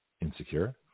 insecure